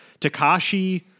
Takashi